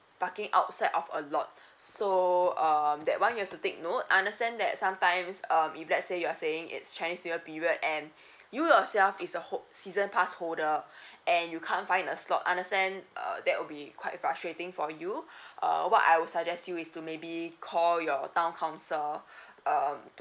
parking outside of a lot so um that one you have to take note understand that sometimes um if let's say you're saying it's chinese year period and you yourself is a hold season pass holder and you can't find a slot understand uh that will be quite frustrating for you uh what I would suggest you is to maybe call your town council um to